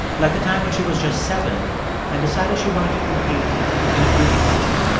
like the time when she was just seven and decided she wanted to compete in a beauty pageant.